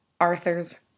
Arthur's